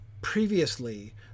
previously